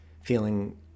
feeling